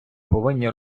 повинні